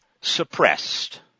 suppressed